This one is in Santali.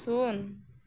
ᱥᱩᱱ